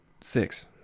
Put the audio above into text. six